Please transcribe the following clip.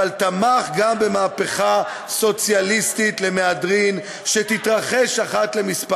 אבל תמך גם במהפכה סוציאליסטית למהדרין שתתרחש אחת לכמה שנים.